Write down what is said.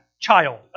child